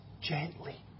gently